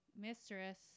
mistress